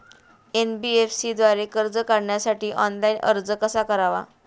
NBFC द्वारे कर्ज काढण्यासाठी ऑनलाइन अर्ज कसा करावा?